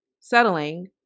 settling